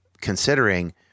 considering